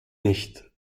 nicht